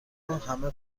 همه